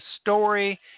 story